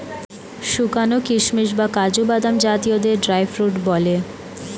শুকানো কিশমিশ বা কাজু বাদাম জাতীয়দের ড্রাই ফ্রুট বলে